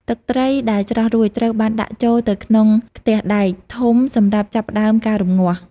ទឹកត្រីដែលច្រោះរួច ត្រូវបានដាក់ចូលទៅក្នុង ខ្ទះដែក ធំសម្រាប់ចាប់ផ្តើមការរំងាស់។